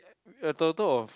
a total of